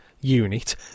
unit